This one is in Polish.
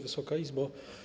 Wysoka Izbo!